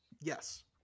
yes